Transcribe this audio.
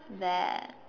that